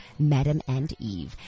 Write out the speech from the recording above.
madamandeve